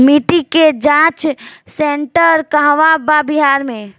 मिटी के जाच सेन्टर कहवा बा बिहार में?